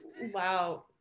Wow